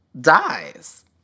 dies